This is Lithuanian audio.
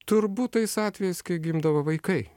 turbūt tais atvejais kai gimdavo vaikai